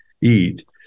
eat